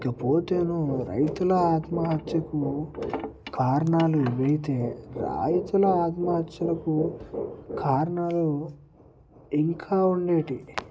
ఇక పోతేను రైతుల ఆత్మహత్యకు కారణాలు ఇవైతే రైతుల ఆత్మహత్యకు కారణాలు ఇంకా ఉండేటి